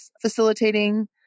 facilitating